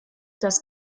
das